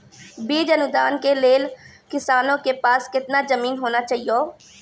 बीज अनुदान के लेल किसानों के पास केतना जमीन होना चहियों?